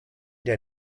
der